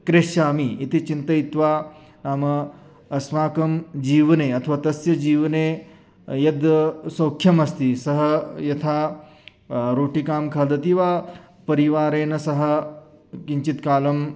क्रेष्यामि इति चिन्तयित्वा नाम अस्माकं जीवने अथवा तस्य जीवने यद् सौख्यम् अस्ति सः यथा रोटिकां खादति वा परिवारेण सह किञ्चित् कालं